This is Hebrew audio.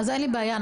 אין לי בעיה.